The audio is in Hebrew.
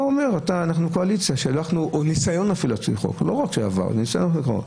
או אפילו ניסיון לחוקק.